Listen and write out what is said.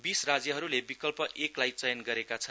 बीस राज्यहरुले विकल्प एकलाई चयन गरेका छन्